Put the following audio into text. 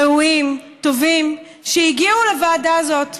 ראויים וטובים שהגיעו לוועדה הזאת.